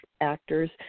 actors